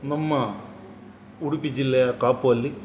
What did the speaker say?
ನಮ್ಮ ಉಡುಪಿ ಜಿಲ್ಲೆಯ ಕಾಪು ಅಲ್ಲಿ